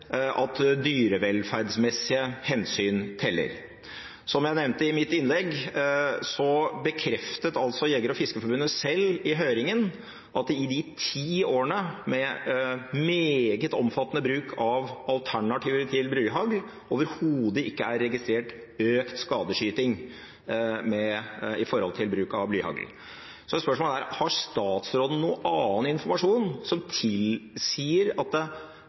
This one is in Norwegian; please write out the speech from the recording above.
at dyrevelferdsmessige hensyn teller. Som jeg nevnte i mitt innlegg, bekreftet Norges Jeger- og Fiskerforbund selv i høringen at det i de ti årene med meget omfattende bruk av alternativer til blyhagl overhodet ikke er registrert økt skadeskyting ved bruk av blyhagl. Så spørsmålet er: Har statsråden noen annen informasjon, som tilsier at det